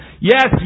Yes